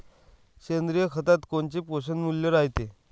सेंद्रिय खतात कोनचे पोषनमूल्य रायते?